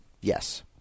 Yes